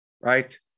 Right